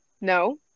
No